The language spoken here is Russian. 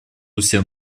всем